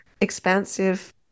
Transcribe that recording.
expansive